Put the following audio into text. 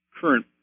current